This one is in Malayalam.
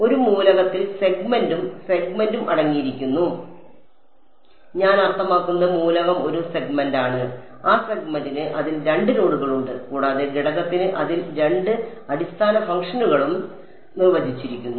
ഒരു മൂലകത്തിൽ സെഗ്മെന്റും സെഗ്മെന്റും അടങ്ങിയിരിക്കുന്നു ഞാൻ അർത്ഥമാക്കുന്നത് മൂലകം ഒരു സെഗ്മെന്റാണ് ആ സെഗ്മെന്റിന് അതിൽ 2 നോഡുകൾ ഉണ്ട് കൂടാതെ ഘടകത്തിന് അതിൽ രണ്ട് അടിസ്ഥാന ഫംഗ്ഷനുകളും നിർവചിച്ചിരിക്കുന്നു